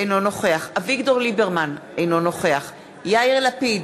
אינו נוכח אביגדור ליברמן, אינו נוכח יאיר לפיד,